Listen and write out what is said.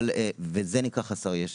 וזה נקרא חסר ישע.